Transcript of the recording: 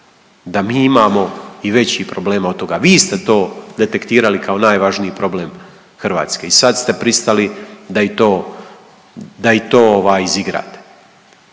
da mi imamo i većih problema od toga. Vi ste to detektirali kao najvažniji problem Hrvatske i sad ste pristali da i to izigrate.